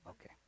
Okay